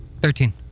Thirteen